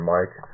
Mike